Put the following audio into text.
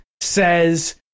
says